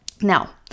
now